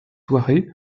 soirée